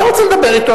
אתה רוצה לדבר אתו?